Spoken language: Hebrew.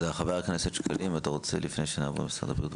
ח"כ שקלים, אתה רוצה לפני שנעבור למשרד הבריאות?